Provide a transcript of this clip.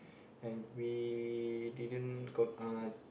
and we didn't got uh